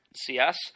CS